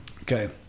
Okay